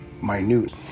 minute